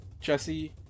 Jesse